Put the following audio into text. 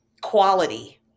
quality